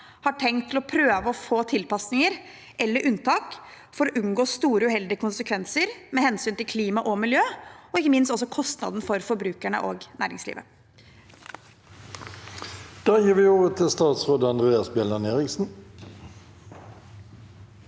har tenkt å prøve å få tilpasninger eller unntak for å unngå store uheldige konsekvenser med hensyn til klima og miljø og ikke minst også kostnaden for forbrukerne og næringslivet. Statsråd Andreas Bjelland Eriksen